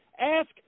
Ask